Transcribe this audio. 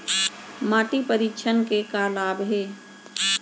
माटी परीक्षण के का का लाभ हे?